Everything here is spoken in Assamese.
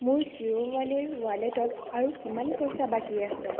মোৰ জিঅ' মানিৰ ৱালেটত আৰু কিমান পইচা বাকী আছে